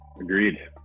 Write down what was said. agreed